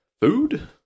Food